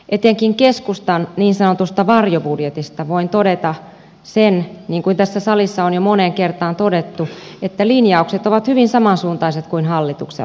etenkin keskustan niin sanotusta varjobudjetista voin todeta sen niin kuin tässä salissa on jo moneen kertaan todettu että linjaukset ovat hyvin samansuuntaiset kuin hallituksella